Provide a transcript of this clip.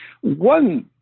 One